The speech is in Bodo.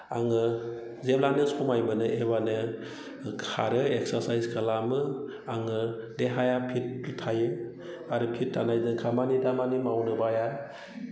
आङो जेब्लानो सम मोनो अब्लानो खारो एक्सारसाइस खालामो आङो देहाया फिट थायो आरो फिट थानायजों खामानि दामानि मावनो बाया